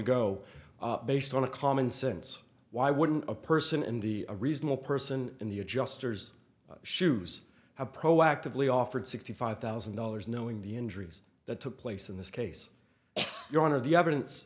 ago based on a common sense why wouldn't a person in the a reasonable person in the adjuster's shoes have proactively offered sixty five thousand dollars knowing the injuries that took place in this case your honor the evidence